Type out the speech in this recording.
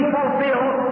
fulfilled